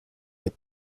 est